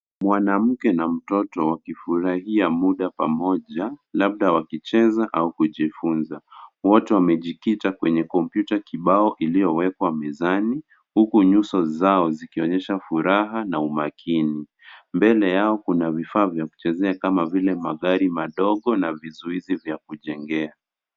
Mwanamke na mtoto wakifurahia muda pamoja labda wakicheza au kujifunza. Wote wamejikita kwenye kompyuta kibao iliyowekwa mezani huku nyuso zao zikionyesha furaha na umakini. Mbele yao kuna vifaa vya kuchezea kama vile magari madogo na vizuizi vya kujengwa.